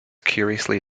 curiously